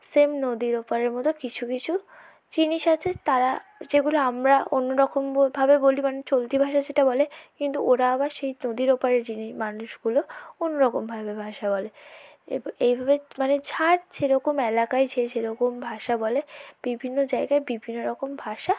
same নদীর ওপারের মতো কিছু কিছু জিনিস আছে তারা যেগুলো আমরা অন্য রকম ভাবে বলি মানে চলতি ভাষায় সেটা বলে কিন্তু ওরা আবার সেই নদীর ওপারের যিনি মানুষগুলো অন্য রকমভাবে ভাষা বলে এভাবে মানে যার যেরকম এলাকায় যে যেরকম ভাষা বলে বিভিন্ন জায়গায় বিভিন্ন রকম ভাষা